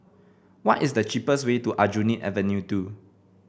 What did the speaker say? what is the cheapest way to Aljunied Avenue Two